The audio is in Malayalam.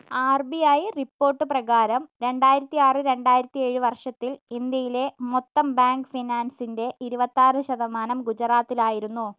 ആർ ബി ഐ റിപ്പോർട്ട് പ്രകാരം രണ്ടായിരത്തി ആറ് രണ്ടായിരത്തി ഏഴ് വർഷത്തിൽ ഇന്ത്യയിലെ മൊത്തം ബാങ്ക് ഫിനാൻസിൻ്റെ ഇരുപത്തി ആറ് ശതമാനം ഗുജറാത്തിലായിരുന്നു